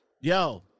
Yo